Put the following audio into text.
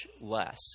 less